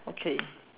okay